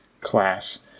class